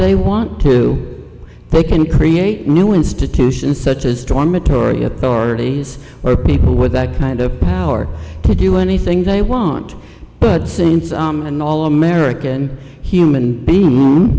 they want to they can create new institutions such as dormitory authorities or people with that kind of power to do anything they want but since i am an all american human being